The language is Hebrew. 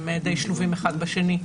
הם די שלובים אחד בשני.